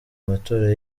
matora